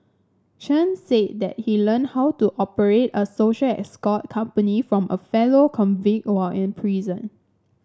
Chen said that he learned how to operate a social escort company from a fellow convict while in prison